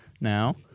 Now